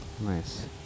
Nice